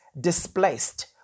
displaced